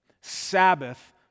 Sabbath